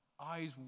eyes